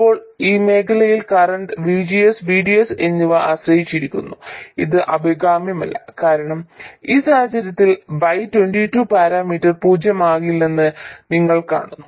ഇപ്പോൾ ഈ മേഖലയിൽ കറന്റ് VGS VDS എന്നിവയെ ആശ്രയിച്ചിരിക്കുന്നു ഇത് അഭികാമ്യമല്ല കാരണം ഈ സാഹചര്യത്തിൽ y22 പാരാമീറ്റർ പൂജ്യമാകില്ലെന്ന് നിങ്ങൾ കാണുന്നു